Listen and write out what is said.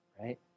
right